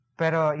pero